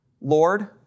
Lord